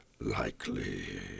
likely